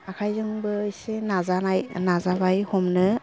आखाइजोंबो एसे नाजानाय नाजाबाय हमनो